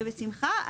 בשמחה,